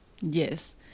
Yes